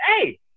hey